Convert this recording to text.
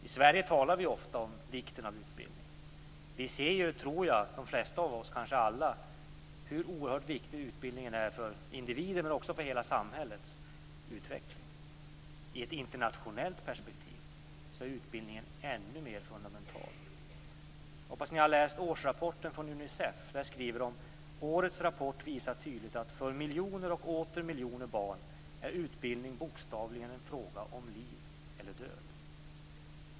I Sverige talar vi ofta om vikten av utbildning. Jag tror att de flesta av oss - kanske alla - ser hur oerhört viktig utbildningen är för individen men också för hela samhällets utveckling. I ett internationellt perspektiv är utbildningen ännu mer fundamental. Jag hoppas att ni har läst årsrapporten från Unicef. Där skriver man att årets rapport tydligt visar att utbildning för miljoner och åter miljoner barn bokstavligen är en fråga om liv eller död.